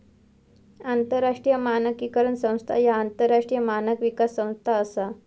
आंतरराष्ट्रीय मानकीकरण संस्था ह्या आंतरराष्ट्रीय मानक विकास संस्था असा